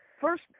first